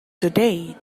today